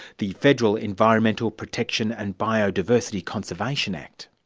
the federal environmental protection and biodiversity conservation act.